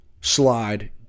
slide